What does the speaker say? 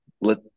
let